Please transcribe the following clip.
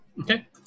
Okay